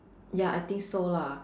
ya I think so lah